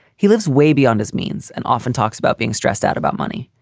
he lives way beyond his means and often talks about being stressed out about money.